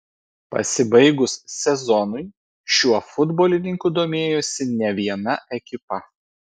pasibaigus sezonui šiuo futbolininku domėjosi ne viena ekipa